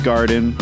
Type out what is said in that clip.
Garden